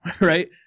right